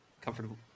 comfortable